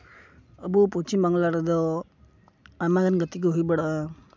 ᱟᱵᱚ ᱯᱚᱥᱪᱷᱤᱢ ᱵᱟᱝᱞᱟ ᱨᱮᱫᱚ ᱟᱭᱢᱟ ᱜᱟᱱ ᱜᱟᱛᱮ ᱠᱚ ᱦᱩᱭ ᱵᱟᱲᱟᱜᱼᱟ